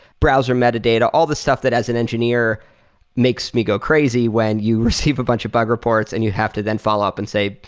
browser metadata, all the stuff that as an engineer makes me go crazy when you receive a bunch of bug reports and you have to then follow up and say,